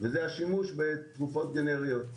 וזה השימוש בתרופות גנריות.